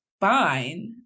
fine